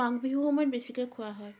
মাঘ বিহু সময়ত বেছিকৈ খোৱা হয়